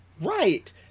Right